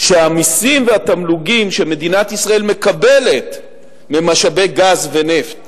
שהמסים והתמלוגים שמדינת ישראל מקבלת ממשאבי גז ונפט